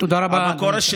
תודה רבה.